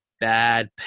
Bad